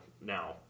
now